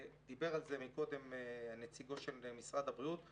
ודיבר על זה קודם נציג משרד הבריאות,